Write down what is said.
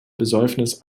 besäufnis